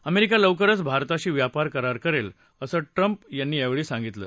America लवकरच भारताशी व्यापार करार करेल असं ट्रंप यांनी यावेळी सांगितलं